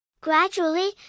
Gradually